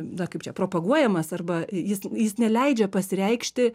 na kaip čia propaguojamas arba jis jis neleidžia pasireikšti